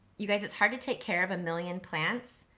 you guys, it's hard to take care of a million plants,